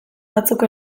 batzuk